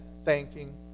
thanking